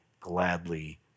gladly